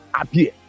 appear